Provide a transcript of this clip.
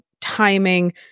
timing